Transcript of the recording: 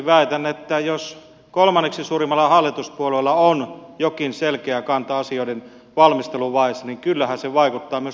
väitän että jos kolmanneksi suurimmalla hallituspuolueella on jokin selkeä kanta asioiden valmisteluvaiheessa niin kyllähän se vaikuttaa myös lopputulokseen